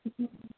ਹਾਂਜੀ